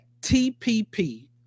TPP